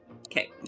Okay